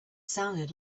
sounded